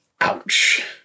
Ouch